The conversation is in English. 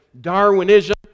Darwinism